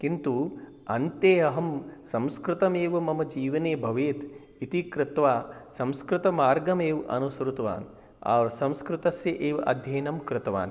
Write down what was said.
किन्तु अन्ते अहं संस्कृतमेव मम जीवने भवेत् इति कृत्वा संस्कृतमार्गमेव अनुसृतवान् संस्कृतस्य एव अध्ययनं कृतवान्